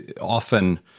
often